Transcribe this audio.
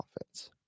offense